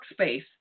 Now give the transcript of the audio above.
workspace